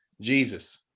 Jesus